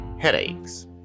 headaches